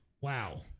Wow